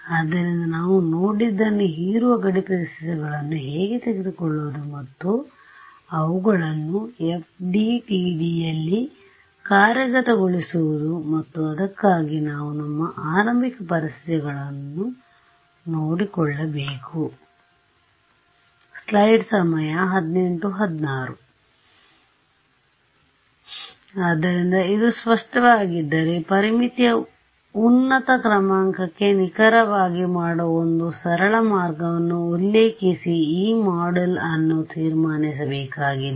ಆದ್ದರಿಂದ ನಾವು ನೋಡಿದ್ದನ್ನು ಹೀರುವ ಗಡಿ ಪರಿಸ್ಥಿತಿಗಳನ್ನು ಹೇಗೆ ತೆಗೆದುಕೊಳ್ಳುವುದು ಮತ್ತು ಅವುಗಳನ್ನು FDTDಯಲ್ಲಿ ಕಾರ್ಯಗತಗೊಳಿಸುವುದು ಮತ್ತು ಅದಕ್ಕಾಗಿ ನಾವು ನಮ್ಮ ಆರಂಭಿಕ ಪರಿಸ್ಥಿತಿಗಳನ್ನು ನೋಡಿಕೊಳ್ಳಬೇಕು ಆದ್ದರಿಂದ ಇದು ಸ್ಪಷ್ಟವಾಗಿದ್ದರೆ ಪರಿಮಿತಿಯ ಉನ್ನತ ಕ್ರಮಾಂಕಕ್ಕೆ ನಿಖರವಾಗಿ ಮಾಡುವ ಒಂದು ಸರಳ ಮಾರ್ಗವನ್ನು ಉಲ್ಲೇಖಿಸಿ ಈ ಮಾಡ್ಯೂಲ್ ಅನ್ನು ತೀರ್ಮಾನಿಸಬೇಕಾಗಿದೆ